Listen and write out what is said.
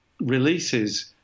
releases